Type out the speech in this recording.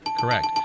correct